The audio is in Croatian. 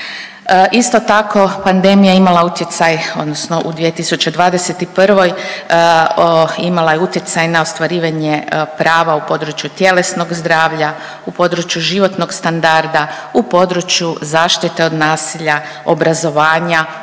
Isto tako, pandemija je imala utjecaj odnosno u 2021. imala je utjecaj na ostvarivanja prava u području tjelesnog zdravlja, u području životnog standarda, u području zaštite od nasilja, obrazovanja